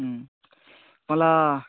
మళ్ళా